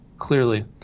clearly